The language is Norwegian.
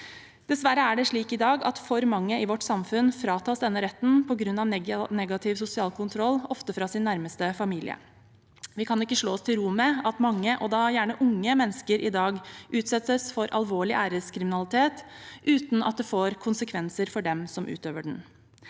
Dessverre er det slik i dag at for mange i vårt samfunn fratas denne retten på grunn av negativ sosial kontroll, ofte fra sin nærmeste familie. Vi kan ikke slå oss til ro med at mange – og da gjerne unge – mennesker i dag utsettes for alvorlig æreskriminalitet uten at det får konsekvenser for dem som utøver den.